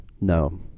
No